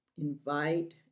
invite